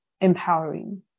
empowering